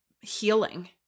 healing